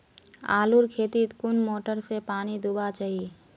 आलूर खेतीत कुन मोटर से पानी दुबा चही?